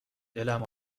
دلم